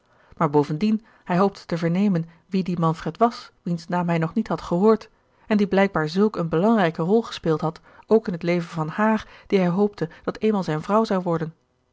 maar bovendien hij hoopte te vernemen wie die manfred was wiens naam hij nog niet had gehoord en gerard keller het testament van mevrouw de tonnette die blijkbaar zulk eene belangrijke rol gespeeld had ook in het leven van haar die hij hoopte dat eenmaal zijne vrouw zou worden